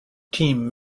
team